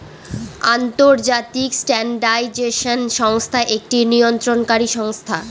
আন্তর্জাতিক স্ট্যান্ডার্ডাইজেশন সংস্থা একটি নিয়ন্ত্রণকারী সংস্থা